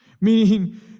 Meaning